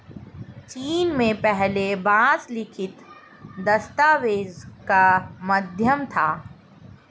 चीन में पहले बांस लिखित दस्तावेज का माध्यम था